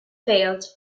failed